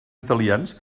italians